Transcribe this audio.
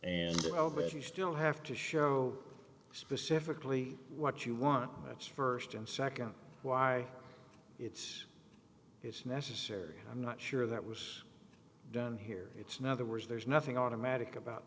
and well because you still have to show specifically what you want it's first and second why it's it's necessary i'm not sure that was done here it's not the words there's nothing automatic about